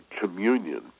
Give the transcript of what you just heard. communion